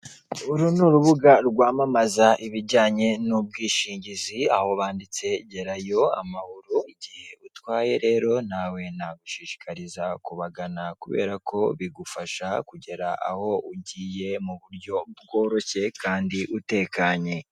Uri ni urubuga rw'amamaza ibijyanye n'ubwishingizi aho banditse,"Gerayo Amahoro," Igihe utwaye rero nawe nagushishikariza kubagana kubera ko bigufasha kugera aho ugiye mu buryo bworoshye kandi utekanye.